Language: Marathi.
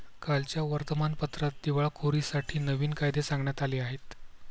कालच्या वर्तमानपत्रात दिवाळखोरीसाठी नवीन कायदे सांगण्यात आले आहेत